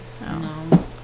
No